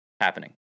happening